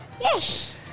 Yes